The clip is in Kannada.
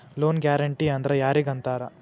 ಲೊನ್ ಗ್ಯಾರಂಟೇ ಅಂದ್ರ್ ಯಾರಿಗ್ ಅಂತಾರ?